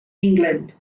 england